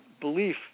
belief